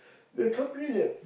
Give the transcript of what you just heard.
the company that